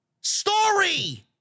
Story